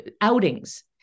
outings